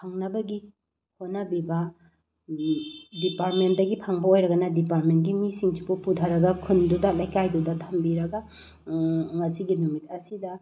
ꯐꯪꯅꯕꯒꯤ ꯍꯣꯠꯅꯕꯤꯕ ꯗꯤꯄꯥꯔꯃꯦꯟꯗꯒꯤ ꯐꯪꯕ ꯑꯣꯏꯔꯒꯅ ꯗꯤꯄꯥꯔꯃꯦꯟꯒꯤ ꯃꯤꯁꯤꯡꯁꯤꯕꯨ ꯄꯨꯊꯔꯒ ꯈꯨꯟꯗꯨꯗ ꯂꯩꯀꯥꯏꯗꯨꯗ ꯊꯝꯕꯤꯔꯒ ꯉꯁꯤꯒꯤ ꯅꯨꯃꯤꯠ ꯑꯁꯤꯗ